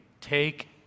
take